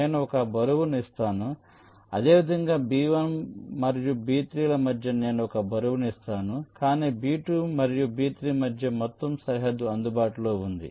నేను 1 బరువును ఇస్తాను అదేవిధంగా B1 మరియు B3 ల మధ్య నేను 1 బరువును ఇస్తాను కాని B2 మరియు B3 మధ్య మొత్తం సరిహద్దు అందుబాటులో ఉంది